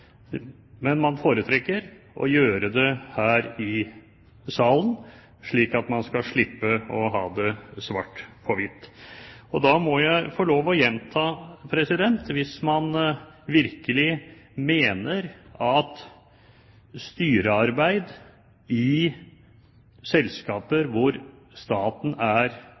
Men man foretrekker å komme med det her i salen, slik at man skal slippe å ha det svart på hvitt. Da må jeg få lov å gjenta: Hvis man virkelig mener at styrearbeid i selskaper hvor staten er